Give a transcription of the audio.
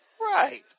right